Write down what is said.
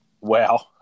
Wow